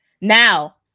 Now